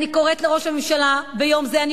אני קוראת לראש הממשלה ביום זה: אני